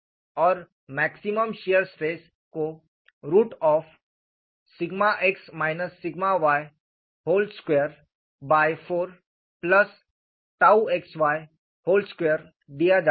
और maximum shear stress को x y24xy2 दिया जाता है